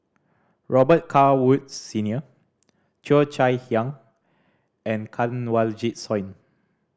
Robet Carr Woods Senior Cheo Chai Hiang and Kanwaljit Soin